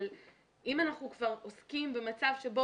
אבל אם אנחנו כבר עוסקים במצב שבו